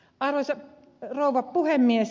arvoisa rouva puhemies